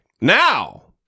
Now